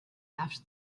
after